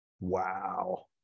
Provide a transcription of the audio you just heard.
Wow